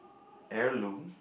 heirloom